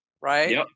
right